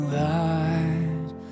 light